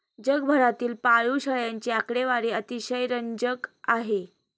जगभरातील पाळीव शेळ्यांची आकडेवारी अतिशय रंजक आहे